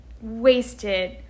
wasted